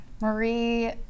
marie